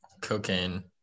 cocaine